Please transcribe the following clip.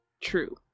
True